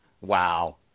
Wow